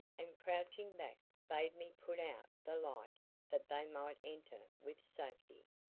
and crouching back, bade me put out the light that they might enter with safety.